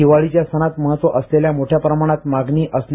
दिवाळीच्या सणात महत्त्व असल्याने मोठ्या प्रमाणात मागणी असते